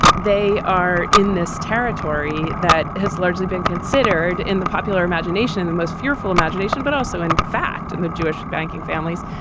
they are in this territory that has largely been considered in the popular imagination, the most fearful imagination, but also, in fact, and the jewish banking families,